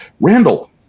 Randall